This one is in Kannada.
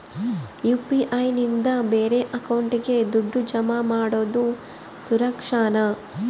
ಯು.ಪಿ.ಐ ನಿಂದ ಬೇರೆ ಅಕೌಂಟಿಗೆ ದುಡ್ಡು ಜಮಾ ಮಾಡೋದು ಸುರಕ್ಷಾನಾ?